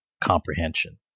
comprehension